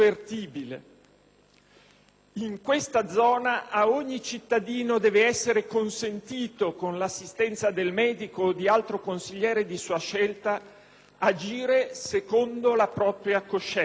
In questa zona, a ogni cittadino deve essere consentito, con l'assistenza del medico o di altro consigliere di sua scelta, agire secondo la propria coscienza.